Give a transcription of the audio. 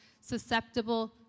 susceptible